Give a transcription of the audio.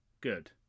Good